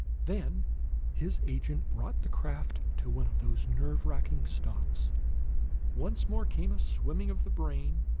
then his agent brought the craft to one of those nerve-racking stops once more came a swimming of the brain,